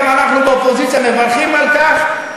גם אנחנו באופוזיציה מברכים על כך,